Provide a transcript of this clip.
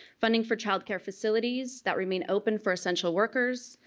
funding for childcare facilities that remain open for essential workers,